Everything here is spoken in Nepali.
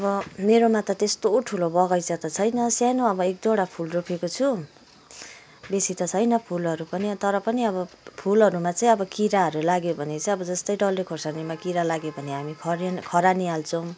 अब मेरोमा त त्यस्तो ठुलो बगैँचा त छैन सानो अब एक दुईवटा फुल रोपेको छु बेसी त छैन फुलहरू पनि तर पनि अब फुलहरूमा चाहिँ अब किराहरू लाग्यो भने चाहिँ अब जस्तै डल्ले खोर्सानीमा किरा लाग्यो भने हामी खर् खरानी हाल्छौँ